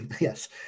Yes